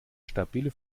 stabile